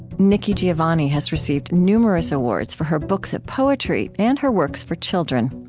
nikki giovanni has received numerous awards for her books of poetry and her works for children.